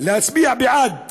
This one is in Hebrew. להצביע בעד